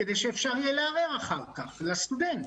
כדי שאפשר יהיה לערער אחר כך לסטודנט.